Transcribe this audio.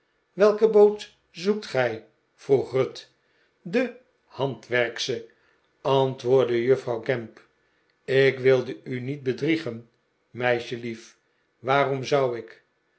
welke boot zqekt gij vroeg ruth de handwerksche antwoordde juffrouw gamp ik wil u niet bedriegen meisjelief waarom zou ik